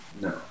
No